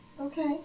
Okay